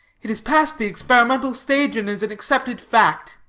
it is past the experimental stage and is an accepted fact.